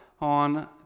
on